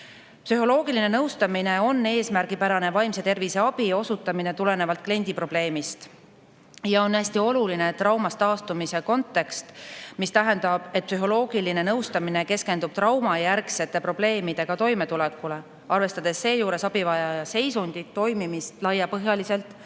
Psühholoogiline nõustamine on eesmärgipärane vaimse tervise abi osutamine tulenevalt kliendi probleemist. On hästi oluline, et traumast taastumise kontekstis, mis tähendab, et psühholoogiline nõustamine keskendub traumajärgsete probleemidega toimetulekule, arvestades seejuures abivajaja seisundit, toimimist laiapõhjaliselt,